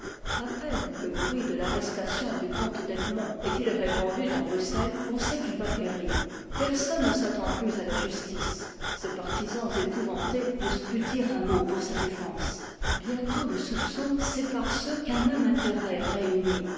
a peine le bruit de l'arrestation du comte d'egmont est-il répandu dans bruxelles qu'on sait qu'il va périr personne ne s'attend plus à la justice ses partisans épouvantés n'osent plus dire un mot pour sa défense bientôt le soupçon sépare ceux qu'un même intérêt réunit